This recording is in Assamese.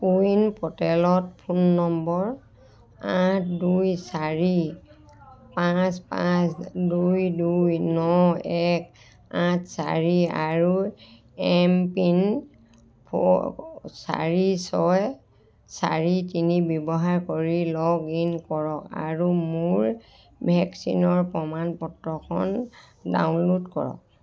কো ৱিন প'ৰ্টেলত ফোন নম্বৰ আঠ দুই চাৰি পাঁচ পাঁচ দুই দুই ন এক আঠ চাৰি আৰু এম পিন ফ'ৰ চাৰি ছয় চাৰি তিনি ব্যৱহাৰ কৰি লগ ইন কৰক আৰু মোৰ ভেকচিনৰ প্ৰমাণ পত্ৰখন ডাউনলোড কৰক